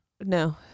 No